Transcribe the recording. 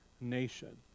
nation